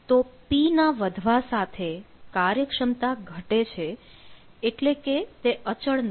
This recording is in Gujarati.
તો p ના વધવા સાથે કાર્યક્ષમતા ઘટે છે એટલે કે તે અચળ નથી